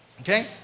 Okay